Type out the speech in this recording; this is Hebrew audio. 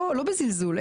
לא בזלזול,